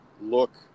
look